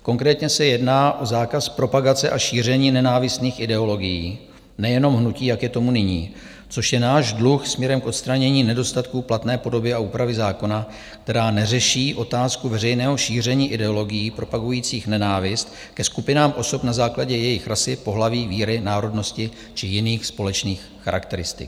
Konkrétně se jedná o zákaz propagace a šíření nenávistných ideologií nejenom hnutí, jak je tomu nyní, což je náš dluh směrem k odstranění nedostatků platné podoby a úpravy zákona, která neřeší otázku veřejného šíření ideologií propagujících nenávist ke skupinám osob na základě jejich rasy, pohlaví, víry, národnosti či jiných společných charakteristik.